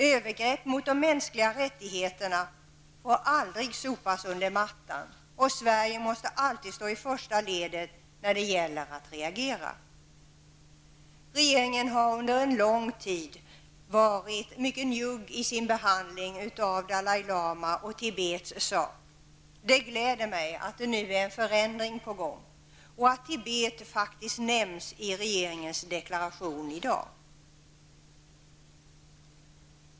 Övergrepp mot de mänskliga rättigheterna får aldrig sopas under mattan. Sverige måste alltid stå i första ledet när det gäller att reagera. Regeringen har under en lång tid varit mycket njugg i sin behandling av Dalai Lama och Tibets sak. Det gläder mig att det nu är en förändring på gång och att Tibet faktiskt nämns i regeringens deklaration i dag.